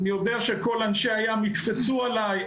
אני יודע שכל אנשי הים יקפצו עליי,